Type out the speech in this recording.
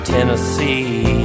Tennessee